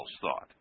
thought